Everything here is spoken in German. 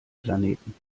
planeten